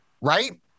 right